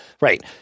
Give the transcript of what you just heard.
Right